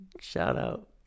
Shout-out